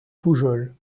poujols